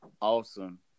awesome